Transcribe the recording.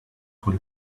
will